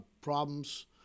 problems